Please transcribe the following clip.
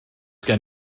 gen